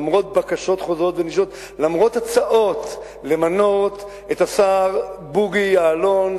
למרות בקשות חוזרות ונשנות ולמרות הצעות למנות את השר בוגי יעלון,